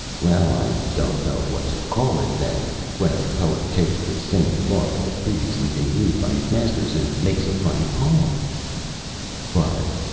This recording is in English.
well, i don't know what to call it, then, when a poet takes the same thought that has previously been used by his masters and makes a funny poem but,